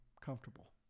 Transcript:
comfortable